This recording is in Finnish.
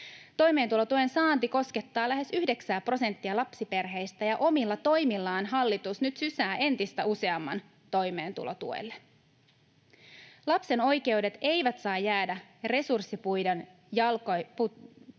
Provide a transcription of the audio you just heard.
Toimeentulotuen saanti koskettaa lähes yhdeksää prosenttia lapsiperheistä, ja omilla toimillaan hallitus nyt sysää entistä useamman toimeentulotuelle. Lapsen oikeudet eivät saa jäädä resurssipulan jalkoihin.